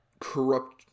corrupt